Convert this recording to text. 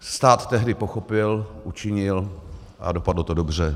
Stát tehdy pochopil, učinil a dopadlo to dobře.